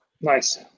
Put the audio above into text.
Nice